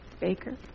Baker